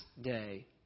day